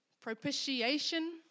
propitiation